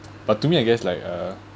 but to me I guess like uh